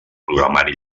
programari